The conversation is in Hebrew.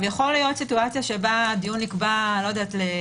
יכול להיות מצב שבו הדיון בקבע להוכחות